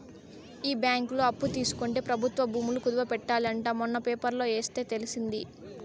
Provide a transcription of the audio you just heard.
ఈ బ్యాంకులో అప్పు తీసుకుంటే ప్రభుత్వ భూములు కుదవ పెట్టాలి అంట మొన్న పేపర్లో ఎస్తే తెలిసింది